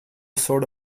sort